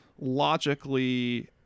logically